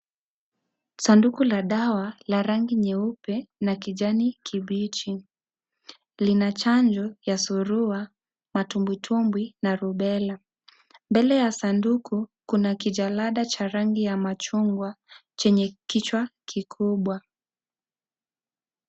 Sanduku la dawa la rangi nyeupe na kijani kibichi lina Chanjo ya surua , matumbwitumbwi na rubella . Mbele ya sanduku kuna kijalada ya rangi ya machungwa chenye kichwa kikubwa.